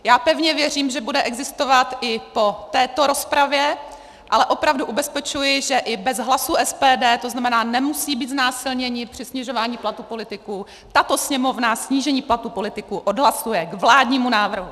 Já pevně věřím, že bude existovat i po této rozpravě, ale opravdu ubezpečuji, že i bez hlasů SPD, to znamená, nemusí být znásilněni při snižování platů politiků, tato Sněmovna snížení platů politiků odhlasuje k vládnímu návrhu!